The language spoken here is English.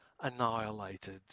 annihilated